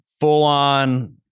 full-on